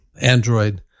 android